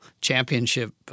Championship